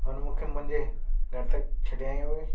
हुन मूंखे मुंहिंजे घर तक छॾियंई हुयईं